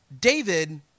David